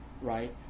right